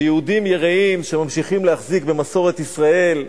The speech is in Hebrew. ויהודים יראים שממשיכים להחזיק במסורת ישראל הישנה,